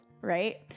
Right